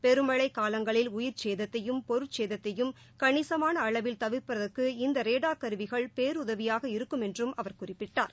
பெருமழைக் காலங்களில் உயிா்ச்சேதத்தையும் பொருட்சேதத்தையும் கணிசமான அளவில் தவிர்ப்பதற்கு இநத ரேடார் கருவிகள் பேருதவியாக இருக்கும் என்றும் அவர் குறிப்பிட்டார்